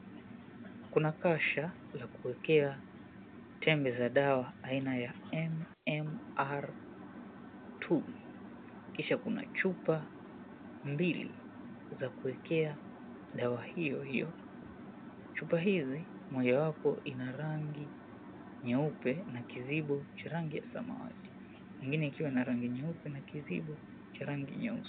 Kuna kasha za kuwekea tembe za dawa aina ya NMR2 kisha kuna chupa mbili za kuwekea dawa hiyo hiyo chupa hizi Moja wapo inarangi nyeupe na kizibo cha rangi ya samawati, kingine kukiwa na rangi nyeupe ya kizibo nyeusi.